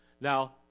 Now